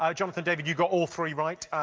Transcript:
ah jonathan, david, you got all three right,